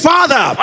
Father